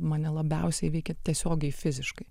mane labiausiai veikia tiesiogiai fiziškai